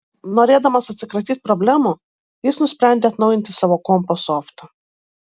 norėdamas atsikratyt problemų jis nusprendė atnaujinti savo kompo softą